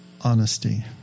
honesty